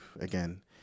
again